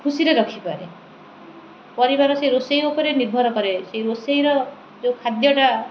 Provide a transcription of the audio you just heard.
ଖୁସିରେ ରଖିପାରେ ପରିବାର ସେ ରୋଷେଇ ଉପରେ ନିର୍ଭର କରେ ସେଇ ରୋଷେଇର ଯେଉଁ ଖାଦ୍ୟଟା